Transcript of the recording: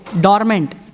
dormant